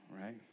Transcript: right